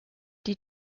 die